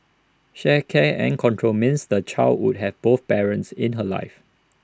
shared care and control meants the child would have both parents in her life